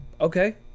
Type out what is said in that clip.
Okay